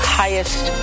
highest